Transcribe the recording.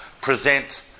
present